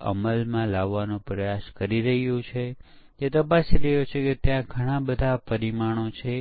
અહીંનો વિચાર એ છે કે બુક ઇશ્યૂ અને બુક રીટર્ન સુવિધાઓમાં જો